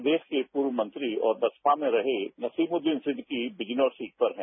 प्रदेश के पूर्व मंत्री और बसपा में रहे नसीमुद्दीन सिंहकी बिजनौर सीट पर हैं